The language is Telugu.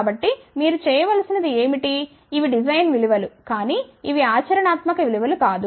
కాబట్టి మీరు చేయవలసినది ఏమిటి ఇవి డిజైన్ విలువ లు కానీ ఇవి ఆచరణాత్మక విలువ కాదు